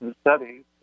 studies